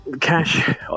cash